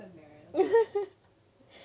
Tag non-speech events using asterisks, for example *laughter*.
*laughs*